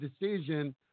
decision